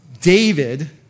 David